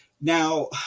Now